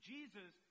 Jesus